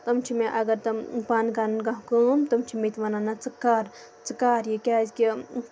تِم چھِ مےٚ اَگر تِم پانہٕ کَرن کانٛہہ کٲم تِم چھِ مےٚ تہِ وَنان نہ ژٕ کر ژٕ کر یہِ کیازِ کہِ